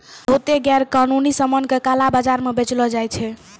बहुते गैरकानूनी सामान का काला बाजार म बेचलो जाय छै